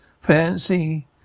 Fancy